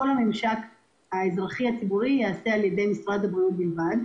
כל הממשק האזרחי-ציבורי ייעשה על ידי משרד הבריאות בלבד.